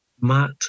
Matt